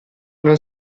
non